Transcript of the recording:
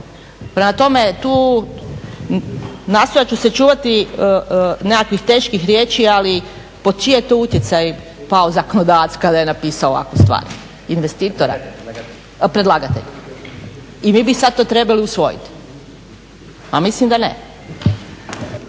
tome, tu nastojat ću sačuvati nekakvih teških riječi, ali pod čiji je to utjecaj pao zakonodavac kada je napisao ovakvu stvar, investitora. Predlagatelj. I mi bi sad to trebali usvojiti. Pa mislim da ne.